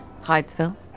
Hydesville